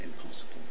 impossible